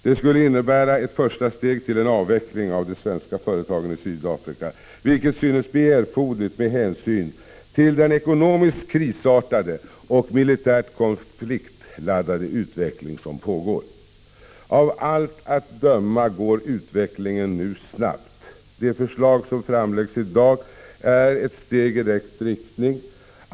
Det skulle innebära ett första steg mot en avveckling av de svenska företagen i Sydafrika, vilket synes bli erforderligt med hänsyn till den ekonomiskt krisartade och militärt konfliktladdade utveckling som pågår. Av allt att döma går utvecklingen nu snabbt. De förslag som framläggs i dag är ett steg i rätt riktning.